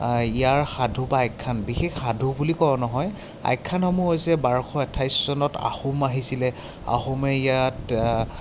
ইয়াৰ সাধু বা আখ্যান বিশেষ সাধু বুলি কওঁ নহয় আখ্যানসমূহ হৈছে বাৰশ আঠাইছ চনত আহোম আহিছিলে আহোমে ইয়াত